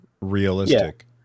realistic